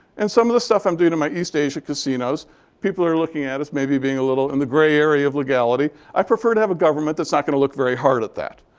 and some of the stuff i'm doing in my east asia casinos people are looking at as maybe being a little in the gray area of legality. i prefer to have a government that's not going to look very hard at that.